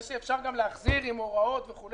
זה שאפשר גם להחזיר עם הוראות וכו'.